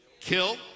kill